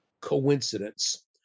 coincidence